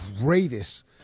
greatest